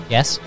Yes